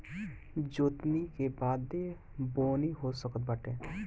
जोतनी के बादे बोअनी हो सकत बाटे